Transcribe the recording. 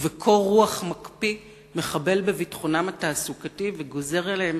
ובקור רוח מקפיא מחבל בביטחונם התעסוקתי וגוזר עליהם